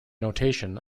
notation